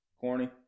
corny